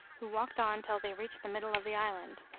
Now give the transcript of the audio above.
who walked on till they reached the middle of the island.